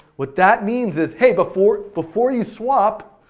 what that means is hey, before before you swap,